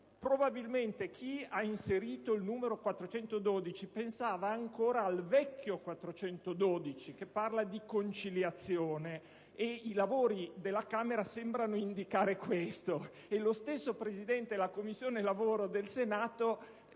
Probabilmente chi ha inserito l'articolo 412 pensava ancora al vecchio articolo 412, che tratta di conciliazione; i lavori della Camera sembrano proprio indicare questo. E lo stesso Presidente della Commissione lavoro del Senato